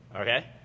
Okay